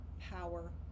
power